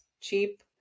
cheap